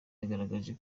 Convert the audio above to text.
yagaragaje